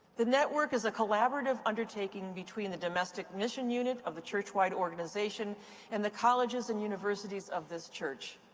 the network is a collaborative undertaking between the domestic mission unit of the churchwide organization and the colleges and universities of this church.